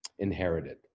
inherited